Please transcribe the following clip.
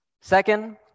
Second